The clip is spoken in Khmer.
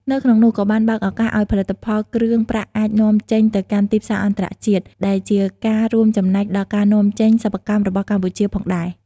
នៅក្នុងនោះ ក៏បានបើកឱកាសឲ្យផលិតផលគ្រឿងប្រាក់អាច នាំចេញទៅកាន់ទីផ្សារអន្តរជាតិ ដែលជាការរួមចំណែកដល់ការនាំចេញសិប្បកម្មរបស់កម្ពុជាផងដែរ។